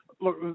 look